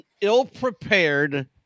ill-prepared